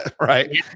right